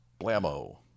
Blammo